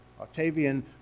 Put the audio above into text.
Octavian